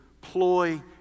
ploy